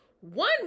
one